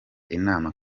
inama